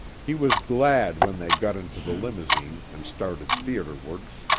he was glad when they got into the limousine and started theaterwards.